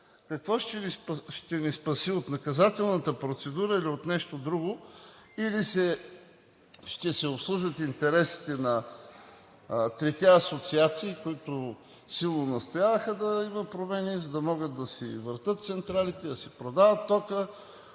Генов! МАНОЛ ГЕНОВ: …от наказателната процедура или от нещо друго – или ще се обслужват интересите на трите асоциации, които силно настояваха да има промени, за да могат да си въртят централите, да си продават тока